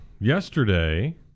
yesterday